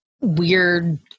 weird